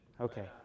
Okay